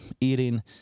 eating